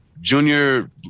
Junior